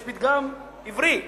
יש פתגם עברי שאומר: